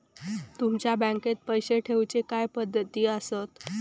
तुमच्या बँकेत पैसे ठेऊचे काय पद्धती आसत?